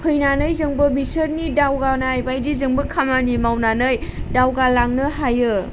फैनानै जोंबो बिसोरनि दावगानाय बायदि जोंबो खामानि मावनानै दावगालांनो हायो